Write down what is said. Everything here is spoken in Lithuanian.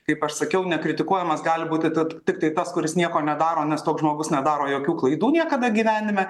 kaip aš sakiau nekritikuojamas gali būti tiktai tas kuris nieko nedaro nes toks žmogus nedaro jokių klaidų niekada gyvenime